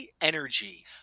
energy